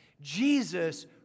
Jesus